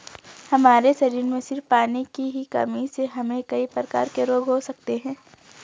हमारे शरीर में सिर्फ पानी की ही कमी से हमे कई प्रकार के रोग हो सकते है